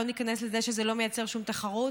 לא ניכנס לזה שזה לא מייצר שום תחרות,